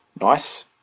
Nice